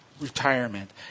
retirement